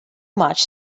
much